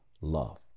love